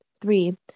Three